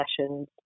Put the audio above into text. sessions